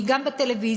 הציבורי, גם הטלוויזיה,